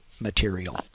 material